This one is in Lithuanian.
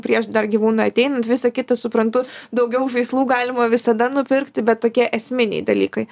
prieš dar gyvūnui ateinant visą kitą suprantu daugiau žaislų galima visada nupirkti bet tokie esminiai dalykai